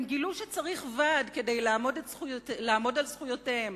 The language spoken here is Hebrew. הם גילו שצריך ועד כדי לעמוד על זכויותיהם,